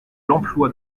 l’emploi